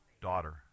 Daughter